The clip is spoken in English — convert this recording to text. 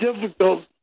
difficult